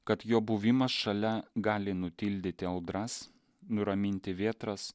kad jo buvimas šalia gali nutildyti audras nuraminti vėtras